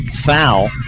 foul